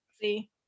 See